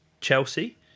Chelsea